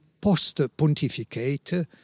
post-pontificate